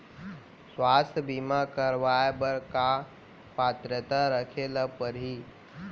स्वास्थ्य बीमा करवाय बर का पात्रता रखे ल परही?